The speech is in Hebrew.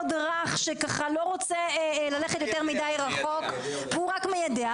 רך שלא רוצה ללכת יותר מדי רחוק והוא רק מיידע,